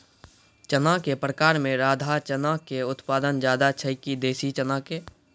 चना के प्रकार मे राधा चना के उत्पादन ज्यादा छै कि देसी चना के?